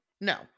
no